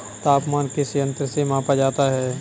तापमान किस यंत्र से मापा जाता है?